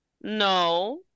no